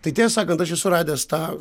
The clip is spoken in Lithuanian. tai tiesą sakant aš esu radęs tą